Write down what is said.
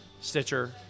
Stitcher